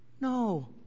No